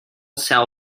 cell